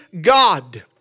God